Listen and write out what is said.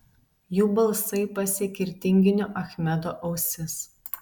jų balsai pasiekė ir tinginio achmedo ausis